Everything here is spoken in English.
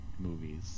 movies